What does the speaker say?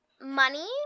money